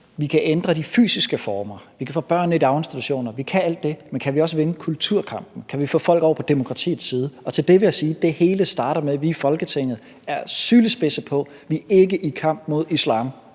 vi kan ændre de fysiske former. Vi kan få børnene i daginstitutioner. Vi kan alt det, men kan vi også vinde kulturkampen? Kan vi få folk over på demokratiets side? Og til det vil jeg sige: Det hele starter med, at vi i Folketinget er sylespidse på, at vi ikke er i kamp mod islam,